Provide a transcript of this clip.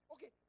Okay